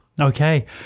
Okay